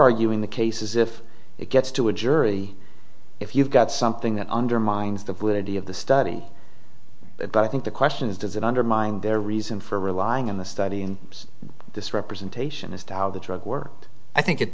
arguing the cases if it gets to a jury if you've got something that undermines the validity of the study but i think the question is does it undermine their reason for relying on the study in this representation as to how the drug worked i think it